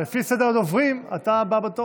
ולפי סדר הדוברים אתה הבא בתור.